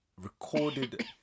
recorded